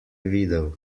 videl